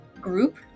group